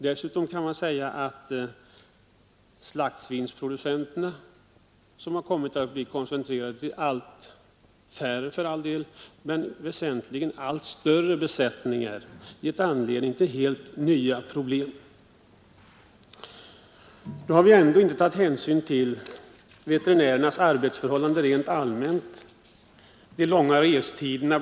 Dessutom kan gas att slaktsvinsproduktionen, som har koncentrerats till låt vara allt färre men väsentligen allt större besättningar, förorsakat helt nya problem. Då har vi ändå inte tagit hänsyn till veterinärernas arbetsförhållanden rent allmänt, bl.a. de långa restiderna.